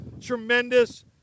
tremendous